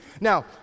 Now